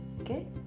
okay